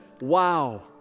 wow